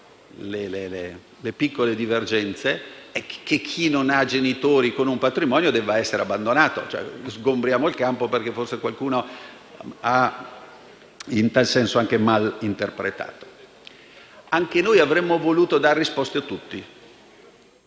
le piccole divergenze - che chi non ha genitori con un patrimonio debba essere abbandonato. Sgombriamo il campo da questa idea, perché forse qualcuno in tal senso ha mal interpretato. Anche noi avremmo voluto dare risposte a tutti